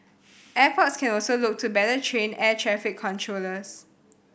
airports can also look to better train air traffic controllers